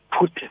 put